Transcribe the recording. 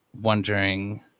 wondering